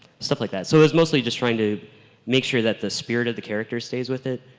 stuff like that. so it was mostly just trying to make sure that the spirit of the character stays with it